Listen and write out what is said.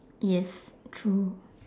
yes true